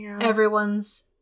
everyone's